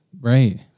Right